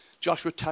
Joshua